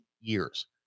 years